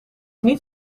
niet